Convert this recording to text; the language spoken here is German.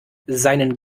seinen